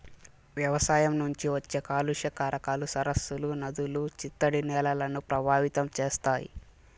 వ్యవసాయం నుంచి వచ్చే కాలుష్య కారకాలు సరస్సులు, నదులు, చిత్తడి నేలలను ప్రభావితం చేస్తాయి